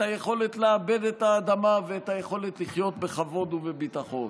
את היכולת לעבד את האדמה ואת היכולת לחיות בכבוד ובביטחון?